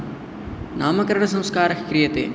नामकरणसंस्कारः क्रियते